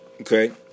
okay